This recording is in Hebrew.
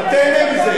תיהנה מזה.